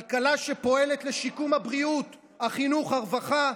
כלכלה שפועלת לשיקום הבריאות, החינוך והרווחה,